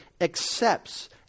accepts